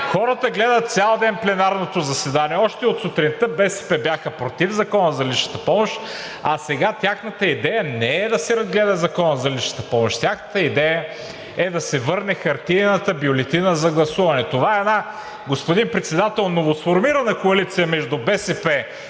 Хората гледат цял ден пленарното заседание. Още от сутринта БСП бяха против Закона за личната помощ, а сега тяхната идея не е да се разгледа Закона за личната помощ. Тяхната идея е да се върне хартиената бюлетина за гласуване. Господин Председател, това е една новосформирана коалиция между БСП,